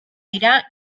dira